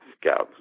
Scouts